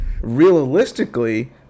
realistically